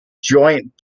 joint